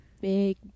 big